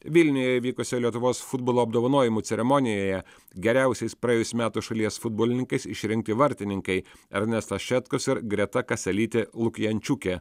vilniuje įvykusioje lietuvos futbolo apdovanojimų ceremonijoje geriausiais praėjusių metų šalies futbolininkais išrinkti vartininkai ernestas šetkus ir greta kaselytė lukjančukė